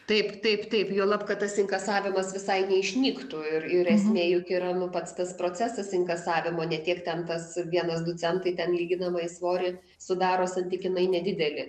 taip taip taip juolab kad tas inkasavimas visai neišnyktų ir ir esmė juk yra nu pats tas procesas inkasavimo ne tiek ten tas vienas du centai ten lyginamąjį svorį sudaro santykinai nedidelį